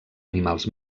animals